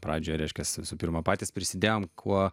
pradžioje reiškiasi visų pirma patys prisidėjome kuo